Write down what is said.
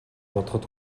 бодоход